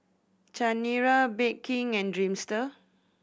Chanira Bake King and Dreamster